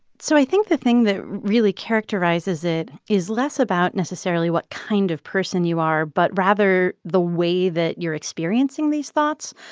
so i think the thing that really characterizes it is less about necessarily what kind of person you are but rather the way that you're experiencing these thoughts.